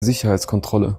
sicherheitskontrolle